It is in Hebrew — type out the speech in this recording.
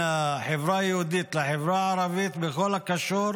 החברה היהודית לחברה הערבית בכל הקשור